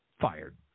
fired